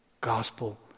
gospel